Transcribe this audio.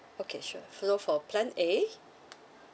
okay sure so for plan A